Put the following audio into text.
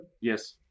Yes